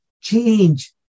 change